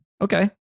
okay